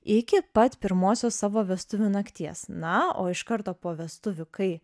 iki pat pirmosios savo vestuvių nakties na o iš karto po vestuvių kai